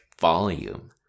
volume